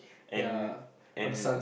and and